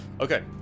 Okay